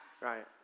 right